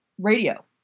radio